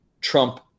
Trump